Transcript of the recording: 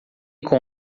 com